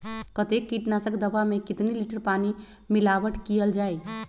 कतेक किटनाशक दवा मे कितनी लिटर पानी मिलावट किअल जाई?